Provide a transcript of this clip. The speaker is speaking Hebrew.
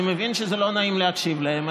אני מבין שזה לא נעים להקשיב להם,